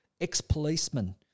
ex-policeman